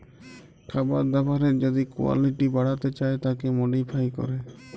খাবার দাবারের যদি কুয়ালিটি বাড়াতে চায় তাকে মডিফাই ক্যরে